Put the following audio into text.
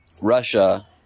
Russia